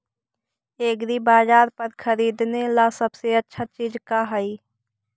एग्रीबाजार पर खरीदने ला सबसे अच्छा चीज का हई?